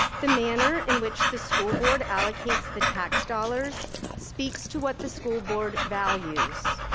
the manner in which the school board allocates the tax dollars speaks to what the school board values.